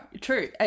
true